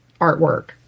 artwork